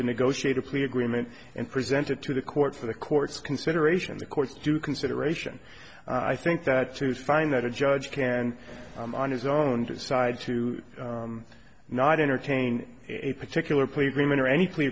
to negotiate a plea agreement and presented to the court for the court's consideration the court's due consideration i think that to find that a judge can on his own decide to not entertain a particular plea agreement or any plea